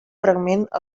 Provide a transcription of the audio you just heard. fragment